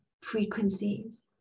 frequencies